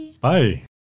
Bye